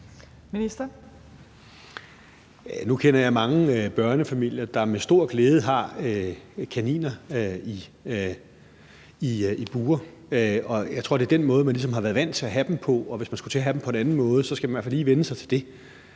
Nu kender jeg mange børnefamilier, der med stor glæde har kaniner i bure. Jeg tror, at det er den måde, man ligesom har været vant til at have dem på, og hvis man skulle til at have dem på en anden måde, skal man i hvert fald lige vænne sig til det.